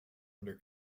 under